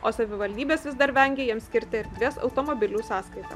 o savivaldybės vis dar vengia jiems skirti erdvės automobilių sąskaita